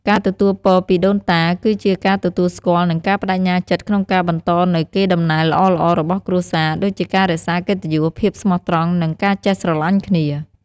ការទទួលពរពីដូនតា គឺជាការទទួលស្គាល់ និងការប្តេជ្ញាចិត្តក្នុងការបន្តនូវកេរដំណែលល្អៗរបស់គ្រួសារ ដូចជាការរក្សាកិត្តិយស ភាពស្មោះត្រង់ និងការចេះស្រឡាញ់គ្នា។